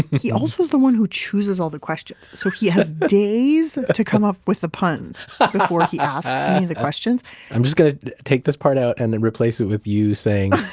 he also is the one who chooses all the questions. so he has days to come up with the puns before he asks me the questions i'm just going to take this part out and then replace it with you saying,